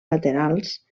laterals